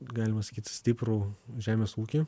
galima sakyt stiprų žemės ūkį